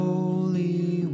Holy